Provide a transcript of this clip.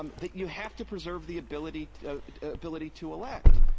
um that you have to preserve the ability ability to elect.